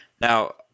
Now